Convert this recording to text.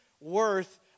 worth